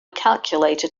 calculator